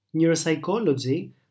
Neuropsychology